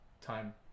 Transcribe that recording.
time